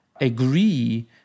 agree